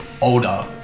older